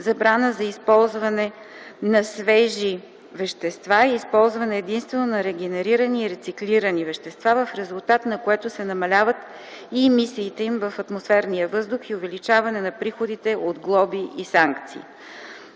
забрана за използване на свежи вещества и използване единствено на регенерирани и рециклирани вещества, в резултат на което се намаляват и емисиите им в атмосферния въздух и увеличаване на приходите от глоби и санкции.